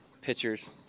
pitchers